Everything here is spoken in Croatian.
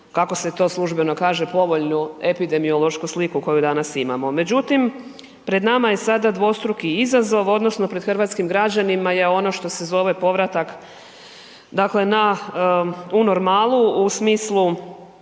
kako se to službeno kaže povoljnu epidemiološku sliku koju danas imamo. Međutim, pred nama je sada dvostruki izazov odnosno pred hrvatskim građanima je ono što se zove povratak dakle na, u normalu u smislu